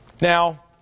Now